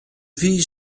vie